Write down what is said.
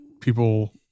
people